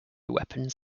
weapons